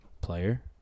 Player